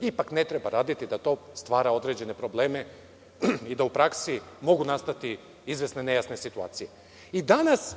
ipak ne treba raditi, da to stvara određene probleme, i da u praksi mogu nastati izvesne nejasne situacije. Danas,